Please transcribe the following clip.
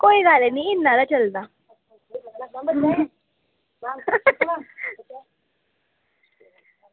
कोई गल्ल निं इन्ना हारा चलदा